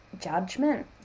judgment